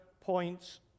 points